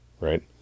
right